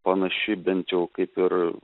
panaši bent jau kaip ir